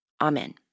Amen